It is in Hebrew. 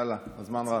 יאללה, הזמן רץ.